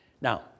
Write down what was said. Now